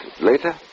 later